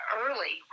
early